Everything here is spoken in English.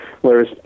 Whereas